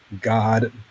God